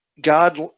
God